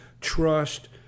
trust